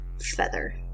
feather